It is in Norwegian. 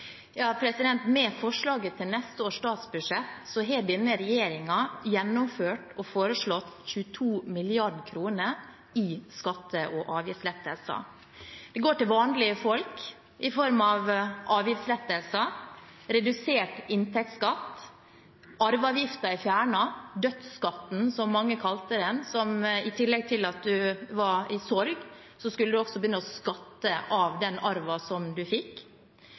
Med forslaget til neste års statsbudsjett har denne regjeringen gjennomført – og foreslått – 22 mrd. kr i skatte- og avgiftslettelser. Det går til vanlige folk i form av avgiftslettelser og redusert inntektsskatt. Arveavgiften – «dødsskatten», som mange kalte den – er fjernet. I tillegg til at en var i sorg, skulle en også begynne å skatte av den arven en fikk.